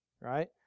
right